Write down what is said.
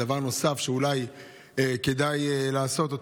דבר נוסף שאולי כדאי לעשות: